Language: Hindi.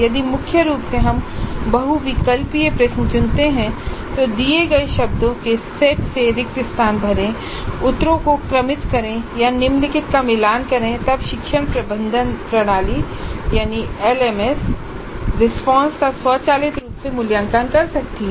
यदि मुख्य रूप से हम बहुविकल्पीय प्रश्न चुनते हैं तो दिए गए शब्दों के सेट से रिक्त स्थान भरें उत्तरों को क्रमित करें या निम्नलिखित का मिलान करें तब शिक्षण प्रबंधन प्रणाली एल एम एस रिपोंसेस का स्वचालित रूप से मूल्यांकन कर सकती है